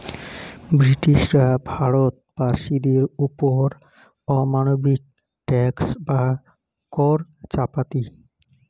ব্রিটিশরা ভারত বাসীদের ওপর অমানবিক ট্যাক্স বা কর চাপাতি